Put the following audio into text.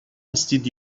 هستید